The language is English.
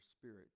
spirit